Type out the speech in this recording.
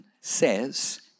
says